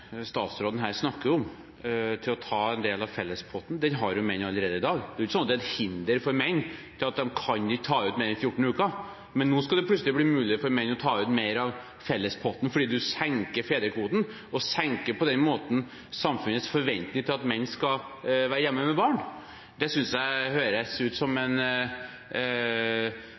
statsråden snakker om, til å ta en del av fellespotten, har menn allerede i dag. Det er ikke slik at det er et hinder for menn – at de ikke kan ta ut mer enn 14 uker. Men nå skal det plutselig bli mulig for menn å ta ut mer av fellespotten, fordi en senker fedrekvoten – og senker på den måten samfunnets forventning til at menn skal være hjemme med barn. Det synes jeg høres ut som en